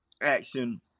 action